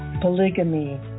polygamy